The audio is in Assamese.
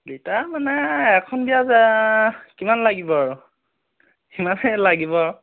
লিটাৰ মানে এখন বিয়া কিমান লাগিব আৰু সিমানে লাগিব আৰু